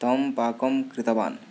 तं पाकं कृतवान्